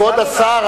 כבוד השר.